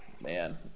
man